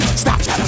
stop